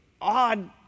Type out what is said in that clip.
odd